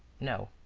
no,